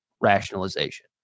rationalization